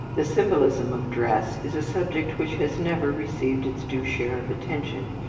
the symbolism of dress is a subject which has never received its due share of attention,